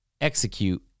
execute